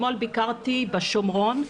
אתמול ביקרתי בשומרון,